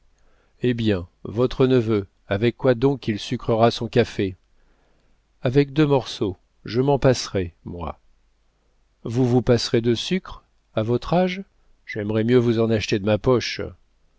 eh bien votre neveu avec quoi donc qu'il sucrera son café avec deux morceaux je m'en passerai moi vous vous passerez de sucre à votre âge j'aimerais mieux vous en acheter de ma poche